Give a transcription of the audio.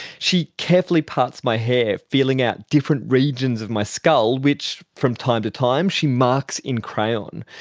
she carefully parts my hair, feeling out different regions of my skull which from time to time she marks in crayon.